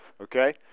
okay